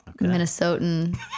Minnesotan